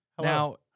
Hello